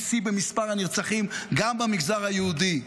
שיא במספר הנרצחים גם במגזר היהודי,